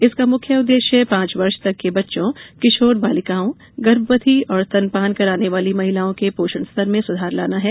इसका मुख्य उद्देश्य पांच वर्ष तक के बच्चों किशोर बालिकाओं गर्भवती और स्तनपान कराने वाली महिलाओं के पोषण स्तर में सुधार लाना है